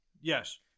Yes